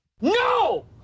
No